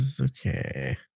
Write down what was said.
okay